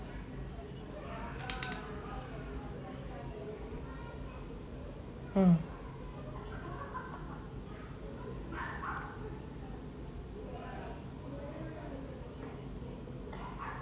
mm